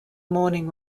mourning